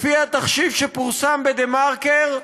לפי התחשיב שפורסם בדה-מרקר,